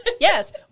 Yes